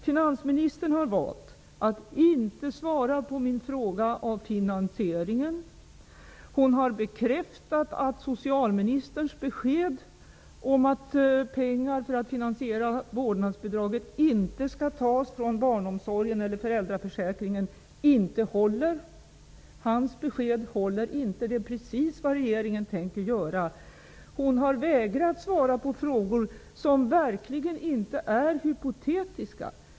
Finansministern har valt att inte svara på min fråga om finansieringen. Hon har bekräftat att socialministerns besked inte håller, om att pengar för att finansiera vårdnadsbidraget inte skall tas från barnomsorgen eller föräldraförsäkringen. Hans besked håller inte. Det är precis vad regeringen tänker göra. Finansministern har vägrat svara på frågor som verkligen inte är hypotetiska.